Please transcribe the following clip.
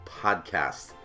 podcast